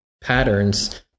patterns